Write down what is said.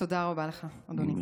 תודה רבה לך, אדוני.